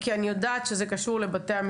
אלא אם כן מישהו